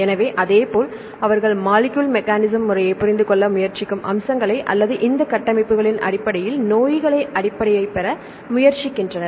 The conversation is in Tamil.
எனவே அதேபோல் அவர்கள் மாலிக்கியூல் மெக்கானிசம் முறையைப் புரிந்து கொள்ள முயற்சிக்கும் அம்சங்களை அல்லது இந்த கட்டமைப்புகளின் அடிப்படையில் நோய்களின் அடிப்படையைப் பெற முயற்சிக்கின்றனர்